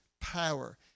power